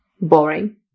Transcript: boring